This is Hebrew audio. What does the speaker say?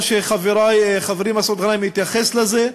חברי מסעוד גנאים התייחס לזה.